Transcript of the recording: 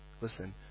Listen